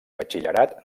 batxillerat